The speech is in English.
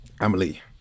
Emily